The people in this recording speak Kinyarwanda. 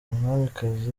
umwamikazi